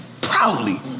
proudly